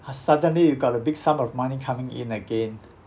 has suddenly you got a big sum of money coming in again